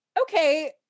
Okay